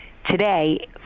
today